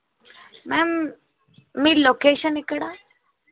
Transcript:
ma'am మీ location ఎక్కడ